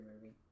Movie